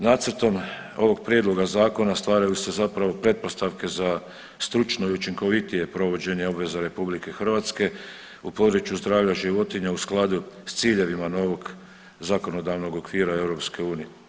Nacrtom ovog prijedloga zakona stvaraju se zapravo pretpostavke za stručno i učinkovitije provođenje obveza RH u području zdravlja životinja u skladu s ciljevima novog zakonodavnog okvira EU.